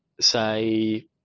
say